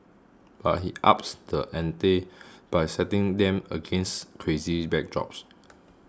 but he ups the ante by setting them against crazy backdrops